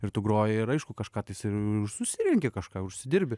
ir tu groji ir aišku kažką tais ir susirenki kažką užsidirbi